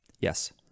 Yes